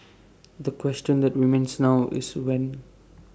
the question that remains now is when